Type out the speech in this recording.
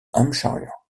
hampshire